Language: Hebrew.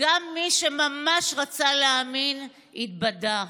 גם מי שממש רצה להאמין התבדה.